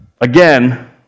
Again